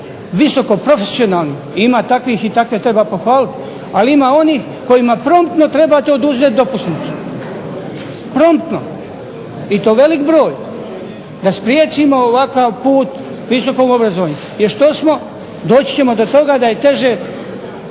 visoko profesionalnim. Ima i takvih i takve treba pohvaliti. Ali ima onih kojima promptno trebate oduzeti dopusnicu, promptno i to velik broj, da spriječimo ovakav put visokom obrazovanju. Jer što smo, doći ćemo do toga da je teže